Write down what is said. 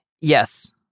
Yes